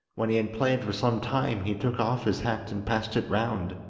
when he had played for some time he took off his hat and passed it round,